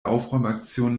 aufräumaktion